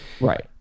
Right